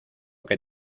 que